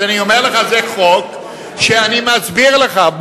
אז אני אומר לך שזה חוק שאני מסביר לך,